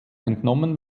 entnommen